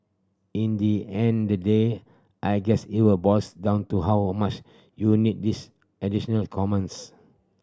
in the end the day I guess it were boils down to how much you need these additional commons